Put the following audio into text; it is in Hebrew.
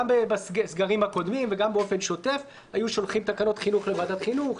גם בסגרים הקודמים וגם באופן שוטף היו שולחים תקנות חינוך לוועדת חינוך,